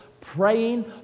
praying